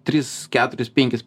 tris keturis penkis